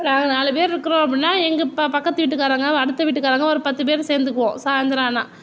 நாங்கள் நாலு பேர் இருக்குறோம் அப்படின்னா எங்கள் பக்கத்து வீட்டு காரவங்க அடுத்த வீட்டு காரவங்க ஒரு பத்து பேர் சேர்ந்துக்குவோம் சாயந்தரோம் ஆனா